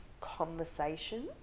conversation